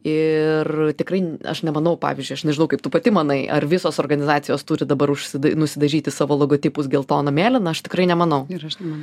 ir tikrai aš nemanau pavyzdžiui aš nežinau kaip tu pati manai ar visos organizacijos turi dabar užsi nusidažyti savo logotipus geltona mėlyna aš tikrai nemanau